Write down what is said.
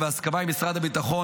ובהסכמה עם משרד הביטחון,